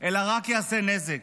אלא רק יעשה נזק,